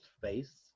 face